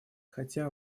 хотя